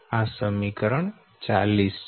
આ સમીકરણ 40 છે